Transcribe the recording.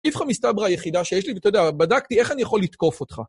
איפה המסתברא היחידה שיש לי, ואתה יודע, בדקתי איך אני יכול לתקוף אותך.